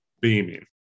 beaming